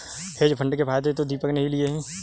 hedge fund के फायदे तो दीपक ने ही लिए है